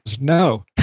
no